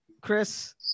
Chris